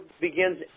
begins